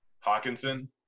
Hawkinson